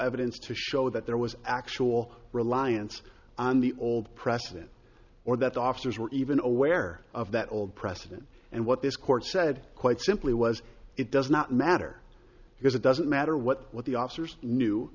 evidence to show that there was actual reliance on the old president or that the officers were even aware of that old precedent and what this court said quite simply was it does not matter because it doesn't matter what what the officers knew